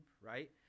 Right